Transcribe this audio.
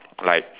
like